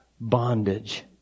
bondage